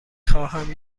خواهم